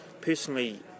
Personally